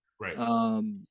right